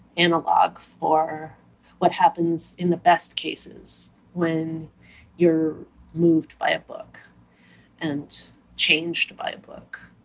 analogue for what happens in the best cases when you're moved by a book and changed by a book.